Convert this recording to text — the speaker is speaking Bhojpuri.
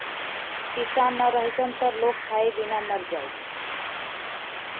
किसान ना रहीहन त लोग खाए बिना मर जाई